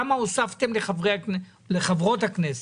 כמה הוספתם לחברות הכנסת.